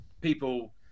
people